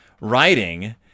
writing